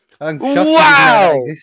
Wow